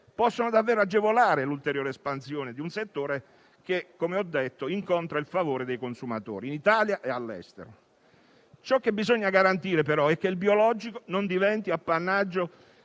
possono davvero agevolare l'ulteriore espansione di un settore che, come ho detto, incontra il favore dei consumatori, in Italia e all'estero. Ciò che bisogna garantire, però, è che il biologico non diventi appannaggio